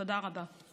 תודה רבה.